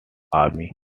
army